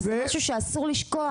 וזה משהו שאסור לשכוח.